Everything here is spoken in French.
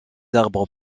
arbres